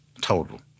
total